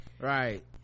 Right